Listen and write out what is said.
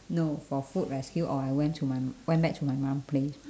no for food rescue or I went to my went back to my mum place